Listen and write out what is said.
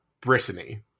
Brittany